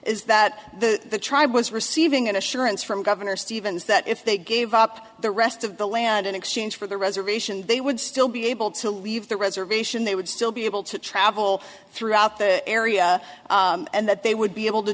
is that the tribe was receiving an assurance from governor stevens that if they gave up the rest of the land in exchange for the reservation they would still be able to leave the reservation they would still be able to travel throughout the area and that they would be able to